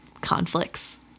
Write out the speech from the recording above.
conflicts